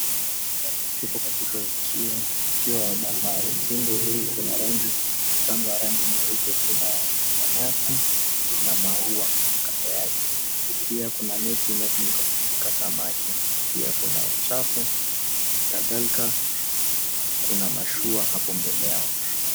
Tupo katika ukingo wa bahari. Ukingo huu una rangi, rangi nyeupe, kuna manyasi na maua kando yake. Pia kuna neti inayotumika kushika samaki. Pia kuna uchafu kadhalika. Kuna mashua hapo mbele yao.